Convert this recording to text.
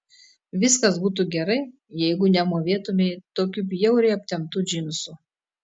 viskas būtų gerai jeigu nemūvėtumei tokių bjauriai aptemptų džinsų